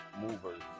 movers